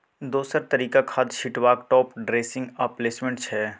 दोसर तरीका खाद छीटबाक टाँप ड्रेसिंग आ प्लेसमेंट छै